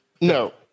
No